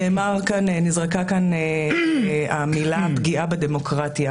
נזרקו כאן המילים "פגיעה בדמוקרטיה"